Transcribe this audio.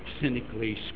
cynically